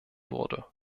wurde